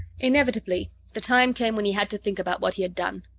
inevitably, the time came when he had to think about what he had done.